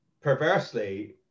perversely